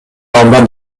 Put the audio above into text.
балдар